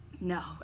No